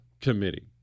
committee